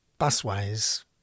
busways